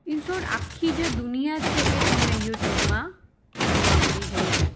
in short આખી જે દુનિયા છે એ તમને યુટ્યુબમાં જોવા મળી જાય છે